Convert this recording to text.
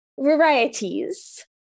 Varieties